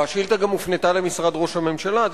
והשאילתא גם הופנתה למשרד ראש הממשלה,